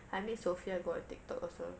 I made sofia go on tiktok also